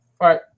Right